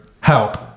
Help